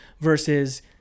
versus